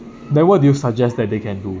then what do you suggest that they can do